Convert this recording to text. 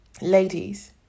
ladies